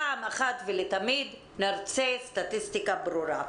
פעם אחת ולתמיד נרצה סטטיסטיקה ברורה.